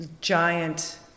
giant